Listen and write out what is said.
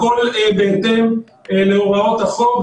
הכול בהתאם להוראות החוק.